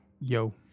Yo